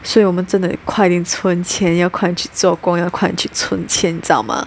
所以我们真的快点存钱要快点去做工要快点去存钱知道吗